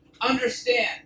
understand